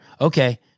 Okay